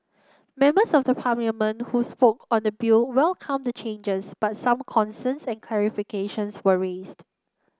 members of Parliament who spoke on the bill welcomed the changes but some concerns and clarifications were raised